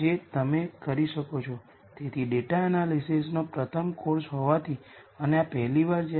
છે તેથી આપણે અર્થઘટન કરી શકીએ છીએ આઇગન વૅલ્યુઝ 0 ને અનુરૂપ આઇગન વેક્ટર v છે